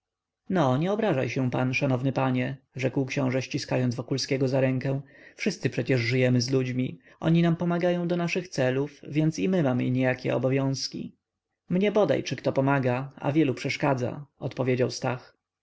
no nie obrażaj się pan szanowny panie rzekł książe ściskając wokulskiego za rękę wszyscy przecież żyjemy z ludźmi oni nam pomagają do naszych celów więc i my mamy niejakie obowiązki mnie bodaj czy kto pomaga a wielu przeszkadza odparł stach